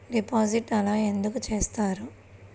Deposit అసలు ఎందుకు చేసుకుంటారు?